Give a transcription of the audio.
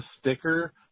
sticker